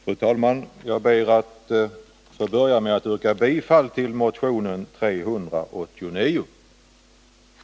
Fru talman! Jag ber att få börja med att yrka bifall till motion 389.